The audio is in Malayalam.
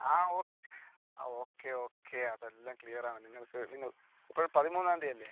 ആ ഓക്കെ ഓക്കെ ഓക്കെ അതെല്ലാം ക്ലിയർ ആണ് നിങ്ങൾക്ക് നിങ്ങൾ എപ്പഴ് പതിമൂന്നാം തീയതിയല്ലേ